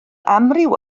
amryw